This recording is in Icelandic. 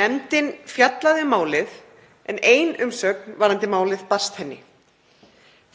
Nefndin fjallaði um málið en ein umsögn um málið barst henni.